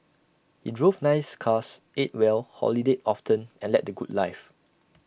he drove nice cars ate well holidayed often and led the good life